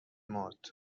مرد